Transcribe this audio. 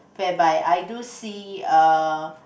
whereby I do see err